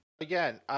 again